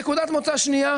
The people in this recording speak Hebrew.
נקודת מוצא שנייה,